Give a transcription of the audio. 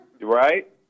right